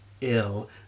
ill